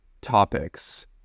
topics